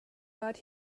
but